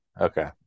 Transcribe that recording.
Okay